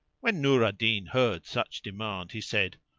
when nur al-din heard such demand he said,